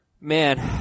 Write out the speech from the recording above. Man